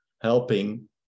helping